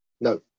No